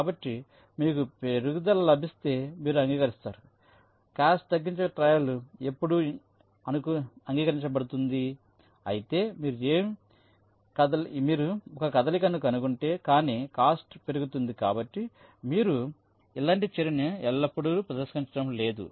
కాబట్టి మీకు మెరుగుదల లభిస్తే మీరు అంగీకరిస్తారు కాస్ట్ తగ్గించే ట్రయల్ ఎల్లప్పుడూ అంగీకరించబడుతుంది అయితే మీరు ఒక కదలికను కనుగొంటే కానీ కాస్ట్ పెరుగుతోంది కాబట్టి మీరు అలాంటి చర్యను ఎల్లప్పుడూ తిరస్కరించడం లేదు